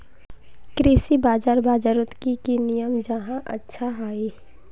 कृषि बाजार बजारोत की की नियम जाहा अच्छा हाई?